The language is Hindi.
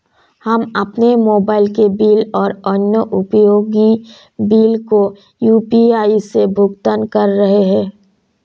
हम अपने मोबाइल के बिल और अन्य उपयोगी बिलों को यू.पी.आई से भुगतान कर रहे हैं